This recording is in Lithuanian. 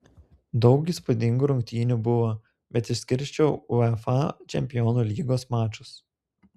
daug įspūdingų rungtynių buvo bet išskirčiau uefa čempionų lygos mačus